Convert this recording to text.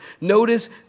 Notice